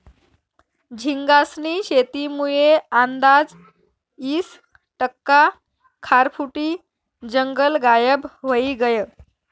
झींगास्नी शेतीमुये आंदाज ईस टक्का खारफुटी जंगल गायब व्हयी गयं